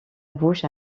bouche